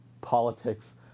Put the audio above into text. politics